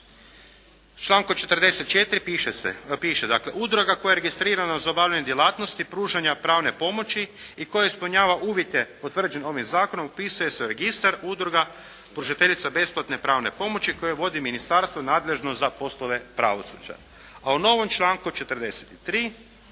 u članku 44. piše dakle: "Udruga koja je registrirana za obavljanje djelatnosti pružanja pravne pomoći i koja ispunjava uvjete potvrđene ovim zakonom upisuje se u registar udruga pružateljica besplatne pravne pomoći koje vodi ministarstvo nadležno za poslove pravosuđa.". A u novom članku 43.: